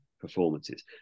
performances